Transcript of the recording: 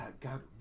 God